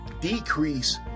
decrease